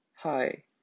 Hi